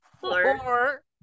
four